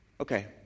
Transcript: Okay